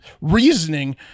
reasoning